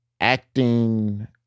acting